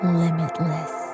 limitless